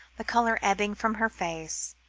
the colour ebbing from her face,